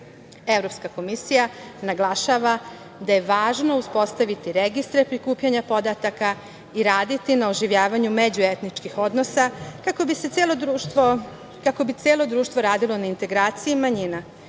manjine. Evropska komisija naglašava da je važno uspostaviti registre prikupljanja podataka i raditi na oživljavanju međuetničkih odnosa kako bi celo društvo radilo na integraciji manjina